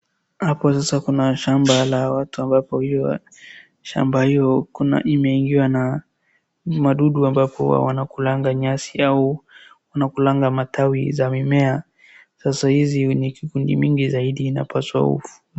Hapo sasa kuna shamba la watu ambapo shamba hiyo imeingiwa na madudu ambapo huwa wanakulanga nyasi au wanakulanga matawi za mimea. Sasa hizi ni kikundi mingi zaidi inapaswa.